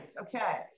okay